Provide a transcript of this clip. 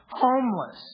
Homeless